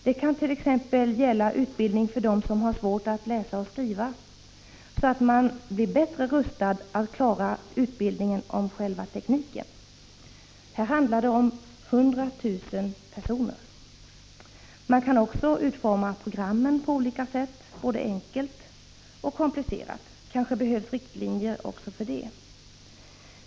Det kan t.ex. röra utbildning för dem som har svårt att läsa och skriva, så att de blir bättre rustade att klara utbildningen avseende själva tekniken. Här handlar det om 100 000 personer. Man kan också utforma programmen på olika sätt, både enkelt och komplicerat. Kanske behövs riktlinjer även för detta.